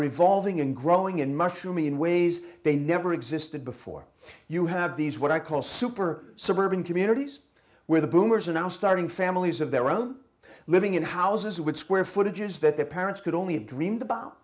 are evolving and growing and mushroom in ways they never existed before you have these what i call super suburban communities where the boomers are now starting families of their own living in houses with square footage is that their parents could only dreamed about